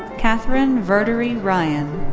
katherine verdery ryan.